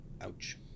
Ouch